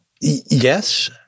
yes